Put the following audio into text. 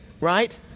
right